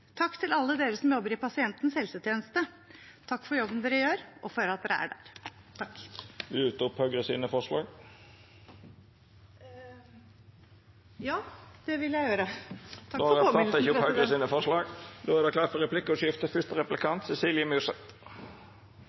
Takk til alle dere som jobber i pasientens helsetjeneste – takk for jobben dere gjør, og for at dere er der. Vil representanten ta opp forslaget til Høgre? Ja, det vil jeg